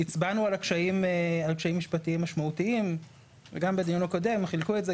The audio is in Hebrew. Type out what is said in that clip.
הצבענו על קשיים משפטיים משמעותיים וגם בדיון הקודם חילקו את זה,